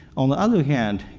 on the other hand,